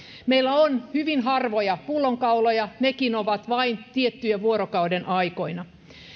meillä on hyvin harvoja pullonkauloja nekin ovat vain tiettyinä vuorokaudenaikoina